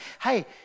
hey